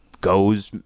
goes